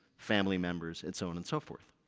family members, and so on and so forth.